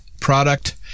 product